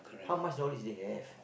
how much knowledge they have